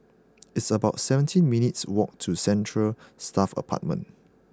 it's about seventeen minutes' walk to Central Staff Apartment